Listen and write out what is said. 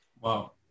wow